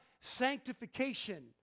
sanctification